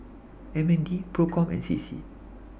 MND PROCOM and CC